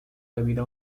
debido